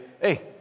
Hey